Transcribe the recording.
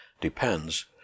depends